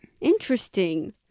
Interesting